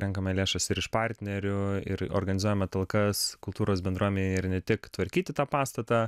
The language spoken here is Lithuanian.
renkame lėšas ir iš partnerių ir organizuojame talkas kultūros bendruomenėj ir ne tik tvarkyti tą pastatą